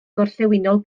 gorllewinol